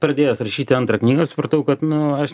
pradėjęs rašyti antrą knygą supratau kad nu aš